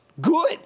Good